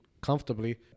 comfortably